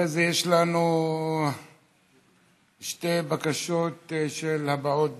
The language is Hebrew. אחרי זה יש לנו בקשות של הבעות דעה,